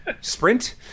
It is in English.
sprint